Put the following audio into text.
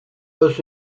was